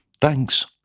Thanks